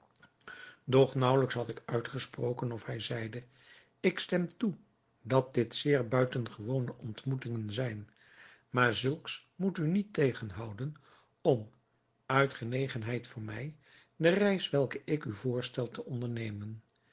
doch naauwelijks had ik uitgesproken of hij zeide ik stem toe dat dit zeer buitengewone ontmoetingen zijn maar zulks moet u niet terughouden om uit genegenheid voor mij de reis welke ik u voorstel te ondernemen